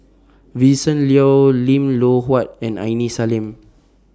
Vincent Leow Lim Loh Huat and Aini Salim